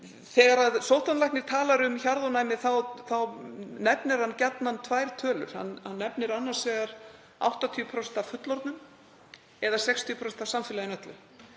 Þegar sóttvarnalæknir talar um hjarðónæmi þá nefnir hann gjarnan tvær tölur. Hann nefnir annars vegar 80% af fullorðnum eða 60% af samfélaginu öllu